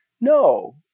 no